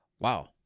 Wow